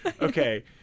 okay